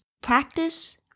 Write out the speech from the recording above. practice